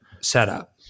setup